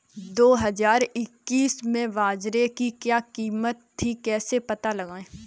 दो हज़ार इक्कीस में बाजरे की क्या कीमत थी कैसे पता लगाएँ?